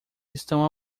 estão